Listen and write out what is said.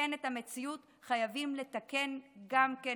לתקן את המציאות חייבים לתקן גם את